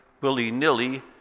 willy-nilly